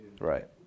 Right